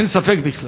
אין ספק בכלל.